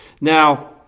Now